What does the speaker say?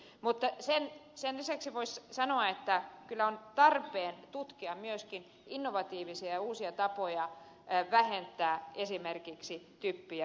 mutta sen lisäksi voisi sanoa että kyllä on tarpeen tutkia myöskin innovatiivisia ja uusia tapoja vähentää esimerkiksi typpi ja fosforikuormaa